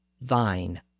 thine